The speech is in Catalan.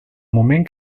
moment